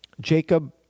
Jacob